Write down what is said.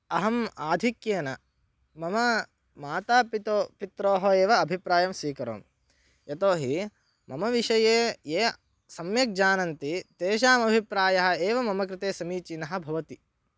अहम् आधिक्येन मम मातापितो पित्रोः एव अभिप्रायं स्वीकरोमि यतोहि मम विषये ये सम्यक् जानन्ति तेषाम् अभिप्रायः एव मम कृते समीचीनः भवति